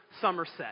Somerset